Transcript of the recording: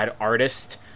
artist